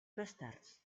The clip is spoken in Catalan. bastards